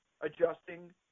adjusting